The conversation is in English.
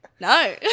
no